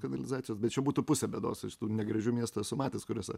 kanalizacijos bet čia būtų pusė bėdos aš tų negražių miestų esu matęs kuriuose